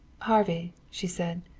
harvey, she said,